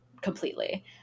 completely